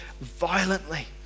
violently